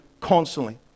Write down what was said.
constantly